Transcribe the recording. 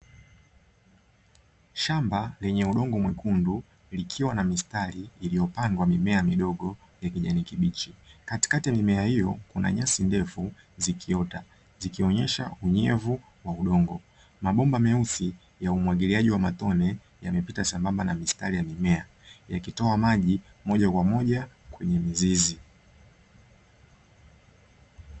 Shamba lenye udongo mwekundu likiwa na mistari iliyopandwa mimea midogo ya kijani kibichi. Katikati ya mimea hiyo kuna nyasi ndefu zikiota, zikionyesha unyevu wa udongo, mabomba meusi ya umwagiliaji wa matone yamepita sambamba na mistari ya mimea yakitoa maji moja kwa moja kwenye mizizi.